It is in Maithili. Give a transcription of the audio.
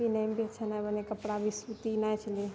पिन्हैमे भी नहि छलै कपड़ा भी सूती नहि छलै